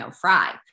fry